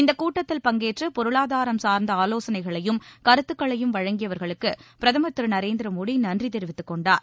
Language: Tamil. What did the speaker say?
இந்தக் கூட்டத்தில் பங்கேற்று பொருளாதாரம் சார்ந்த ஆலோசனைகளையும் கருததுக்களையும் வழங்கியவர்களுக்கு பிரதமர் திரு நரேந்திர மோடி நன்றி தெரிவித்துக் கொண்டார்